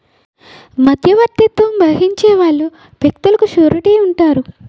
మధ్యవర్తిత్వం వహించే వాళ్ళు వ్యక్తులకు సూరిటీ ఉంటారు